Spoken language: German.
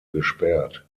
gesperrt